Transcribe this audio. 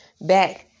back